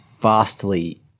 vastly